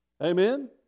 Amen